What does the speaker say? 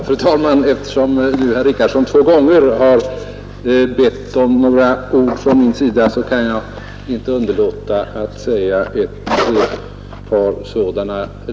Fru talman! Eftersom herr Richardson två gånger har bett om några ord från mig, kan jag inte underlåta att yttra mig.